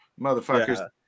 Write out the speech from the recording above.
motherfuckers